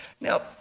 Now